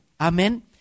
Amen